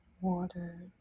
water